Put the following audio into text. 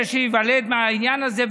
זה שייוולד מהעניין הזה,